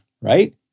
right